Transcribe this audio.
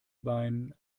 bein